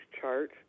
chart